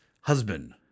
husband